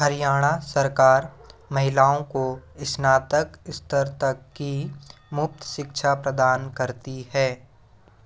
हरियाणा सरकार महिलाओं को स्नातक स्तर तक की मुफ़्त शिक्षा प्रदान करती है